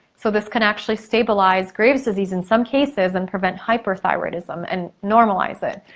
so this can actually stabilize graves disease in some cases and prevent hyperthyroidism and normalize it.